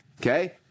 okay